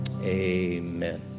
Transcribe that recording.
Amen